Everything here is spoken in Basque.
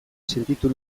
sentitu